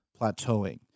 plateauing